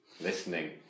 Listening